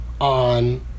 on